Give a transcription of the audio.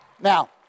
Now